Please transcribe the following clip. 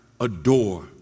adore